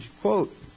quote